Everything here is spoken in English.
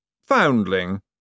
Foundling